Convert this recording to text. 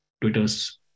Twitter's